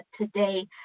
today